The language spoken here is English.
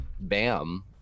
bam